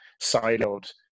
siloed